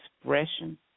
expression